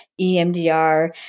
EMDR